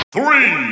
Three